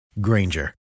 Granger